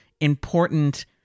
important